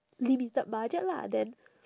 limited budget lah then